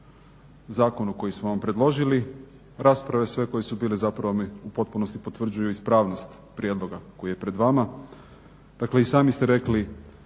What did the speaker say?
zakonu koji smo vam predložili. Rasprave sve koje su bile zapravo mi u potpunosti potvrđuju ispravnost prijedloga koji je pred vama. Dakle, i sami ste rekli